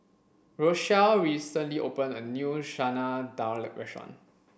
Rochelle recently opened a new Chana Dal restaurant